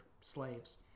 slaves